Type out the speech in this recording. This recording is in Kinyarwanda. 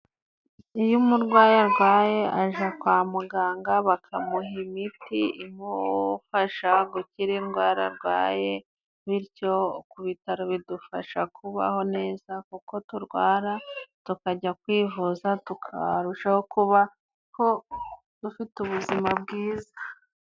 Iyo umurwayi arwaye, aja kwa muganga bakamuha imiti imufasha gukira indwara arwaye bityo ku bitaro bidufasha kubaho neza, kuko turwara tukajya kwivuza tukarushaho kubaho dufite ubuzima bwiza.